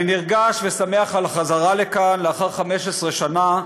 אני נרגש ושמח על החזרה לכאן לאחר 15 שנה,